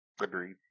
Agreed